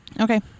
okay